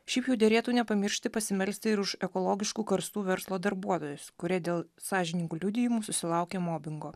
šiaip jau derėtų nepamiršti pasimelsti ir už ekologiškų karstų verslo darbuotojus kurie dėl sąžiningų liudijimų susilaukė mobingo